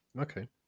Okay